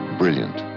brilliant